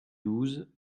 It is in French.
douze